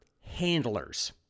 handlers